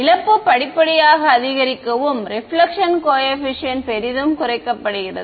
இழப்பு படிப்படியாக அதிகரிக்கவும் ரெபிலெக்ஷன் கோஏபிசிஎன்ட் பெரிதும் குறைக்கப்படுகிறது